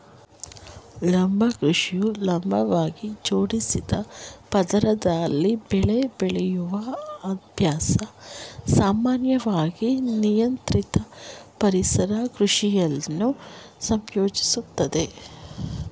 ಲಂಬ ಕೃಷಿಯು ಲಂಬವಾಗಿ ಜೋಡಿಸಿದ ಪದರದಲ್ಲಿ ಬೆಳೆ ಬೆಳೆಯುವ ಅಭ್ಯಾಸ ಸಾಮಾನ್ಯವಾಗಿ ನಿಯಂತ್ರಿತ ಪರಿಸರ ಕೃಷಿಯನ್ನು ಸಂಯೋಜಿಸುತ್ತದೆ